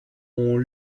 ont